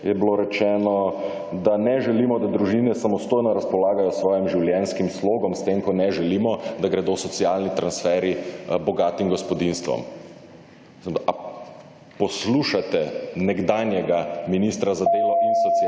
je bilo rečeno? - da ne želimo, da družine samostojno razpolagajo s svojim življenjskim slogom s tem ko ne želimo, da gredo socialni transferji bogatim gospodinjstvom. Ali poslušate nekdanjega ministra za delo in socialo,